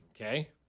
Okay